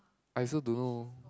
I also don't know